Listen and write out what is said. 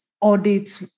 audit